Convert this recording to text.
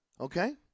Okay